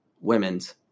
women's